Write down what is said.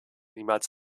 niemals